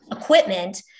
equipment